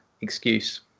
excuse